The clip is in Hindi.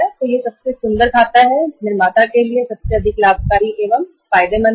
तो यह सबसे अच्छा और निर्माता के लिए सबसे लाभकारी खाता है